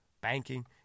banking